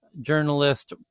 journalist